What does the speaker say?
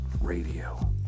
Radio